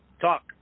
talk